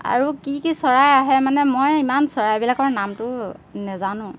আৰু কি কি চৰাই আহে মানে মই ইমান চৰাইবিলাকৰ নামটো নাজানো